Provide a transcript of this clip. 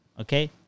okay